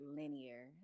linear